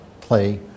play